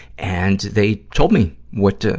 and they told me what, ah,